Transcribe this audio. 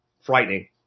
frightening